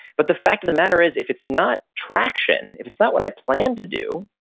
but the fact of the matter is, if it's not traction, if it's not what i planned to do,